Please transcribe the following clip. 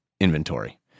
inventory